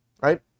right